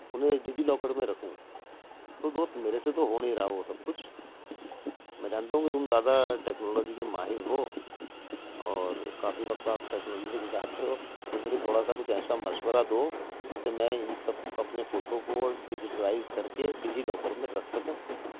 انہیں DigiLocker میں رکھوں تو دوست میرے سے تو ہو نہیں رہا وہ سب کچھ میں جانتا ہوں کہ تم زیادہ ٹیکنالوجی کے ماہر ہو اور کافی وقت آپ ٹیکنالوجی سے گزارتے ہو تو مجھے تھوڑا سا کچھ ایسا مشورہ دو جس سے میں ان سب اپنے فوٹو کو ڈیجیٹلائز کر کے ڈیجی لاکر میں رکھ سکوں